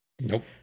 Nope